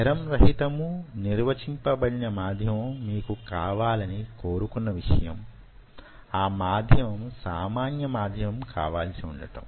serum రహితమూ నిర్వచింపబడిన మాధ్యమం మీరు కావాలని కోరుకున్న విషయం ఆ మాధ్యమం సామాన్య మాధ్యమం కావలసి ఉండటం